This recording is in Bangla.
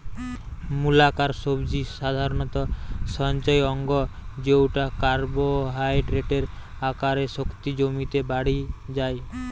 মূলাকার সবজি সাধারণত সঞ্চয় অঙ্গ জউটা কার্বোহাইড্রেটের আকারে শক্তি জমিতে বাড়ি যায়